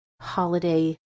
holiday